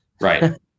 right